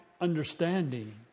understanding